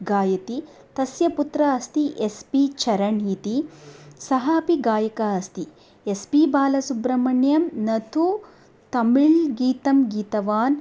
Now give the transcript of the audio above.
गायति तस्य पुत्रः अस्ति एस् पि चरणः इति सः अपि गायकः अस्ति एस् पि बालसुब्रह्मण्यं न तु तमिळ् गीतं गीतवान्